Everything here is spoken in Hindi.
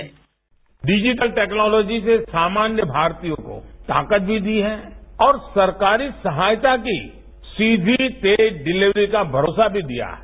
बाईट डिजिटल टेक्नोलॉजी से सामान्य भारतीयों को ताकत भी दी है और सरकारी सहायता की सीधी तेज डिलीवरी का भरोसा भी दिया है